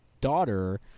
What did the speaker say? daughter